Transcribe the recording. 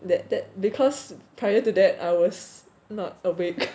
that that because prior to that I was not awake